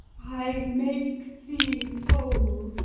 i make thee whole.